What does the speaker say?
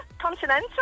Continental